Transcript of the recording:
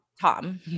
Tom